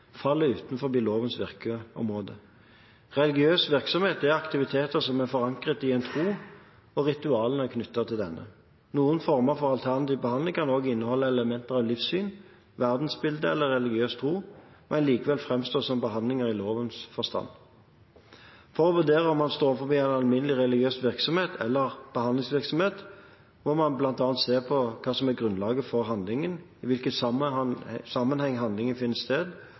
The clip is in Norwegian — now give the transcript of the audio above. faller utenfor lovens virkeområde. Religiøs virksomhet er aktiviteter som er forankret i en tro og ritualene knyttet til denne. Noen former for alternativ behandling kan også inneholde elementer av livssyn, verdensbilde eller religiøs tro, men likevel framstå som behandlinger i lovens forstand. For å vurdere om man står overfor alminnelig religiøs virksomhet eller behandlingsvirksomhet, må man bl.a. se på hva som er grunnlaget for handlingen, i hvilke sammenhenger handlingen finner sted,